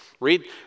Read